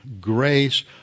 grace